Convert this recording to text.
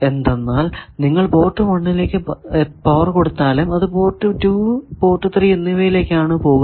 എന്തെന്നാൽ നിങ്ങൾ പോർട്ട് 1 ലേക്ക് പവർ കൊടുത്താലും അത് പോർട്ട് 2 പോർട്ട് 3 എന്നിവയിലേക്കാണ് പോകുന്നത്